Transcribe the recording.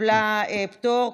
שקיבלה פטור,